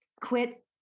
quit